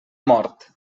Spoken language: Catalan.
mort